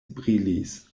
brilis